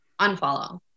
unfollow